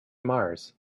mars